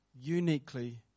uniquely